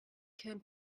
can